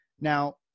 now